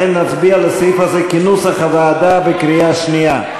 לכן נצביע על הסעיף הזה כנוסח הוועדה בקריאה שנייה.